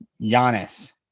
Giannis